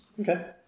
Okay